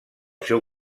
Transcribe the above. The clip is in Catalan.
seu